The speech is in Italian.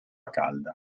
calda